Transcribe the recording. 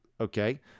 Okay